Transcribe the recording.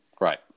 Right